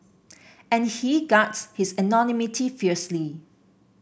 and he guards his anonymity fiercely